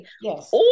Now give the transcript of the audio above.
Yes